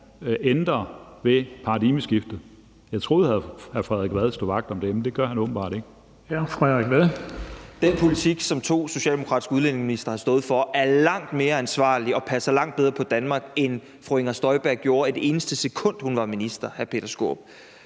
ændrer ved paradigmeskiftet. Jeg troede, hr. Frederik Vad stod vagt om det, men det gør han åbenbart ikke. Kl. 18:28 Den fg. formand (Erling Bonnesen): Hr. Frederik Vad. Kl. 18:28 Frederik Vad (S): Den politik, som to socialdemokratiske udlændingeministre har stået for, er langt mere ansvarlig og passer langt bedre på Danmark, end fru Inger Støjberg gjorde, et eneste sekund hun var minister, hr. Peter Skaarup.